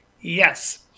Yes